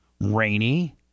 Rainy